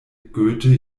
goethe